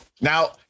Now